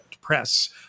Press